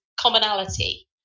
commonality